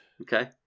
Okay